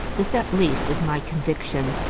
this, at least, is my conviction.